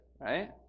right